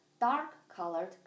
dark-colored